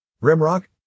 Rimrock